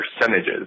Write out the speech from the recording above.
percentages